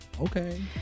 Okay